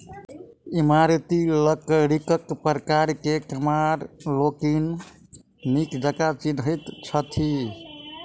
इमारती लकड़ीक प्रकार के कमार लोकनि नीक जकाँ चिन्हैत छथि